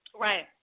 right